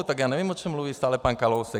Tak já nevím, o čem mluví stále pan Kalousek.